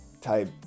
type